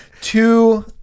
Two